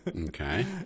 Okay